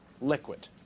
liquid